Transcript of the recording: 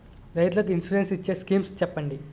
రైతులు కి ఇన్సురెన్స్ ఇచ్చే స్కీమ్స్ చెప్పండి?